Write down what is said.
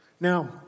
Now